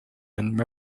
and